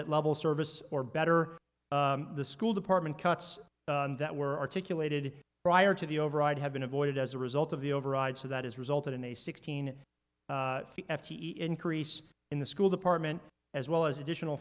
at level service or better the school department cuts that were articulated prior to the override have been avoided as a result of the override so that has resulted in a sixteen f t e increase in the school department as well as additional